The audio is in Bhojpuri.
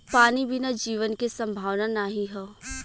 पानी बिना जीवन के संभावना नाही हौ